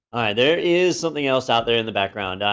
there is something else out there in the background,